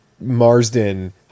Marsden